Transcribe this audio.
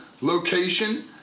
location